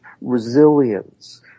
resilience